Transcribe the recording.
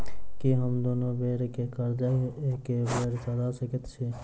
की हम दुनू बेर केँ कर्जा एके बेर सधा सकैत छी?